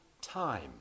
time